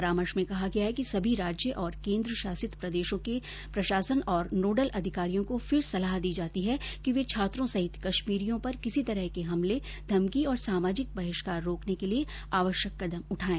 परामर्श में कहा गया है कि सभी राज्य और केंद्रशासित प्रदेशो के प्रशासन और नोडल अधिकारियों को फिर सलाह दी जाती है कि वे छात्रों सहित कश्मीरियों पर किसी तरह के हमले धमकी और सामाजिक बहिष्कार रोकनेके लिए आवश्यक कदम उठाएं